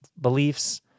beliefs